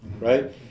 Right